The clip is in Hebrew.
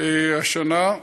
השנה.